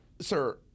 sir